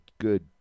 good